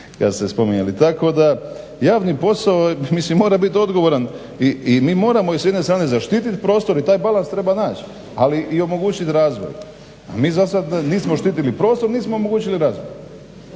kad ste spominjali. Tako da javni posao mislim mora biti odgovoran i mi moramo s jedne strane zaštiti prostor i taj balans treba naći ali i omogućiti razvoj. Mi zasad nismo štitili prostor, nismo omogućili razvoj.